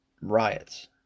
riots